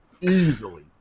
easily